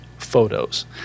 photos